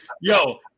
yo